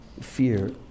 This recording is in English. fear